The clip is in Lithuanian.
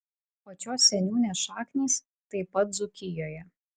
pačios seniūnės šaknys taip pat dzūkijoje